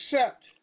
accept